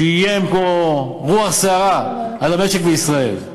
שאיים פה ברוח סערה על המשק בישראל.